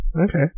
Okay